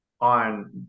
on